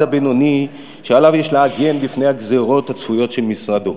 הבינוני שעליו יש להגן מפני הגזירות הצפויות של משרדו.